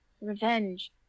revenge